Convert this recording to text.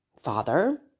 Father